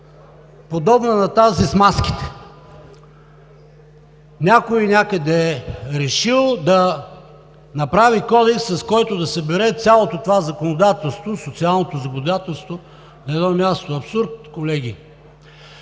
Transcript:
подобна на тази с маските! Някой някъде е решил да направи кодекс, с който да се събере цялото това законодателство – социалното законодателство, на едно място. Абсурд, колеги!